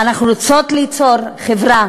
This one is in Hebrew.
אנחנו רוצות ליצור חברה